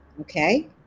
okay